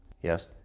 Yes